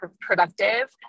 productive